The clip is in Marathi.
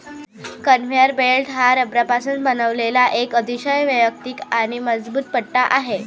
कन्व्हेयर बेल्ट हा रबरापासून बनवलेला एक अतिशय वैयक्तिक आणि मजबूत पट्टा आहे